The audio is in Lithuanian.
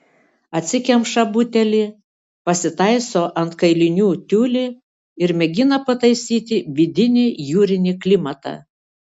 atsikemša butelį pasitaiso ant kailinių tiulį ir mėgina pataisyti vidinį jūrinį klimatą